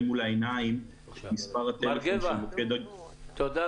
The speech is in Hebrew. מול העיניים את מספר הטלפון של מוקד הגמילה.